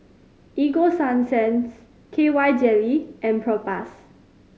Ego Sunsense K Y Jelly and Propass